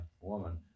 woman